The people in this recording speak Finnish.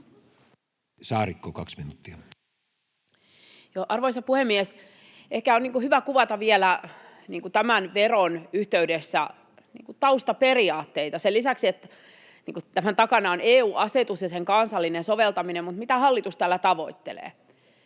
Saarikko, kaksi minuuttia. Arvoisa puhemies! Ehkä on hyvä kuvata vielä tämän veron yhteydessä taustaperiaatteita — sen lisäksi, että tämän takana on EU-asetus ja sen kansallinen soveltaminen, niin mitä hallitus tällä tavoittelee: